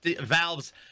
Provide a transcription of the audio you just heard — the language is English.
valves